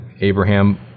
abraham